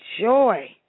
joy